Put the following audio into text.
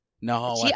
No